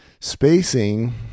Spacing